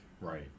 Right